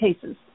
cases